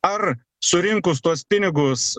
ar surinkus tuos pinigus